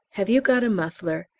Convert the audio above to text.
have you got a muffler?